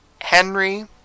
Henry